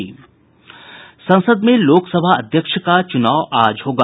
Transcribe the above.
संसद में लोकसभा अध्यक्ष का चुनाव आज होगा